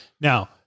now